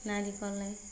নাৰিকলেই